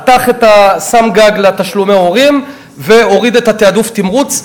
שם גג לתשלומי ההורים והוריד את התעדוף-תמרוץ,